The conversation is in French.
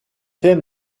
fin